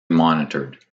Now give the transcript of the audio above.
monitored